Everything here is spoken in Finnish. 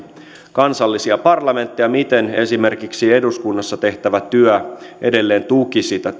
kansallisia parlamentteja miten esimerkiksi eduskunnassa tehtävä työ edelleen tukisi tätä